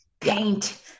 paint